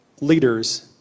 leaders